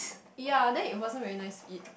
ya then it wasn't very nice to eat